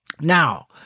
Now